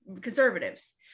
conservatives